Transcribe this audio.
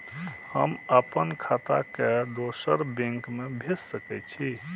हम आपन खाता के दोसर बैंक में भेज सके छी?